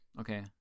Okay